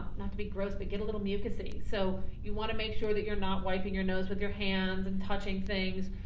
not to be gross, but get a little mucousy. so you wanna make sure that you're not wiping your nose with your hands and touching things.